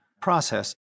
process